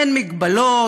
אין מגבלות,